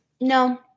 no